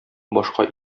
башка